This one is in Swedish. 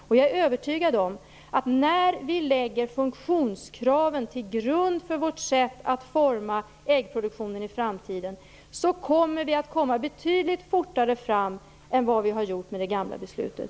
Och jag är övertygad om att när vi lägger funktionskraven till grund för vårt sätt att forma äggproduktionen i framtiden kommer vi att komma betydligt fortare fram än vad vi har gjort med det gamla beslutet.